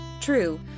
true